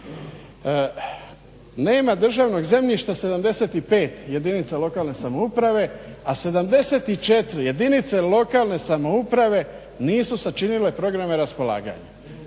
Nema državnog zemljišta 75 jedinica lokalne samouprave, a 74 jedinice lokalne samouprave nisu sačinile programe raspolaganja.